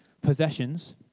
possessions